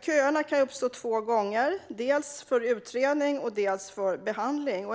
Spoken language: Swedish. Köerna kan uppstå två gånger, dels för utredning, dels för behandling.